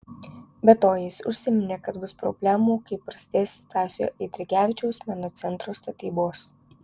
be to jis užsiminė kad bus problemų kai prasidės stasio eidrigevičiaus meno centro statybos